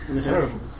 Terrible